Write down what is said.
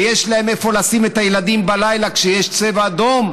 ויש להם איפה לשים את הילדים בלילה כשיש צבע אדום,